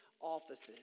offices